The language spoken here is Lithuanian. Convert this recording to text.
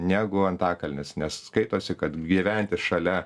negu antakalnis nes skaitosi kad gyventi šalia